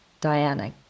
Diana